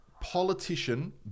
politician